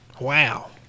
Wow